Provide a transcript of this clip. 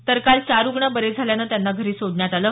तर काल चार रुग्ण बरे झाल्यानं त्यांना घरी सोडण्यात आलं